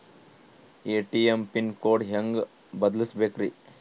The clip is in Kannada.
ಎ.ಟಿ.ಎಂ ಪಿನ್ ಕೋಡ್ ಹೆಂಗ್ ಬದಲ್ಸ್ಬೇಕ್ರಿ?